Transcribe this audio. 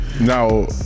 Now